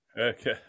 Okay